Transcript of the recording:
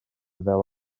fel